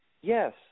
yes